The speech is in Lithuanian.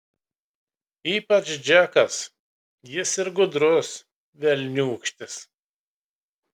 ypač džekas jis ir gudrus velniūkštis